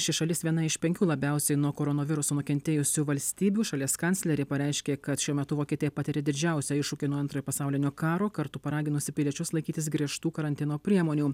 ši šalis viena iš penkių labiausiai nuo koronaviruso nukentėjusių valstybių šalies kanclerė pareiškė kad šiuo metu vokietija patiria didžiausią iššūkį nuo antrojo pasaulinio karo kartu paraginusi piliečius laikytis griežtų karantino priemonių